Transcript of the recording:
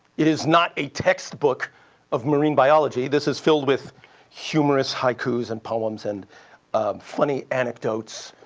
it is not a textbook of marine biology. this is filled with humorous haikus and poems and funny anecdotes